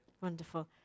Wonderful